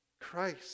Christ